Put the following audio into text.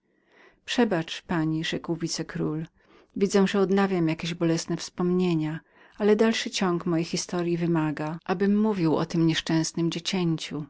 przebacz pani rzekł wicekról widzę że odnawiam jakieś boleśne wspomnienie ale dalszy ciąg mojej historyi wymaga abym mówił o tem nieszczęsnem dziecięciu